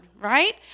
right